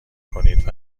کنید